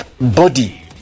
body